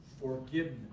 forgiveness